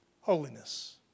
Holiness